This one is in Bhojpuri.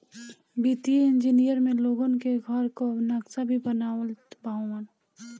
वित्तीय इंजनियर में लोगन के घर कअ नक्सा भी बनावत हवन